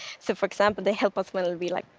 so for example, they help us whether we, like,